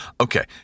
okay